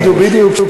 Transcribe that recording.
בדיוק.